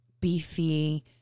beefy